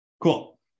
Cool